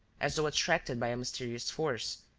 as though attracted by a mysterious force,